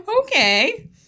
okay